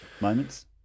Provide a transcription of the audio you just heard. moments